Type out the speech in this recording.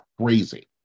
crazy